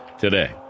today